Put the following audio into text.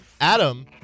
Adam